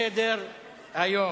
מסדר-היום.